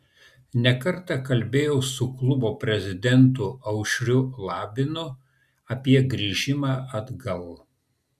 ne kartą kalbėjau su klubo prezidentu aušriu labinu apie grįžimą atgal